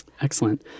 Excellent